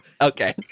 Okay